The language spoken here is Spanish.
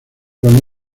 con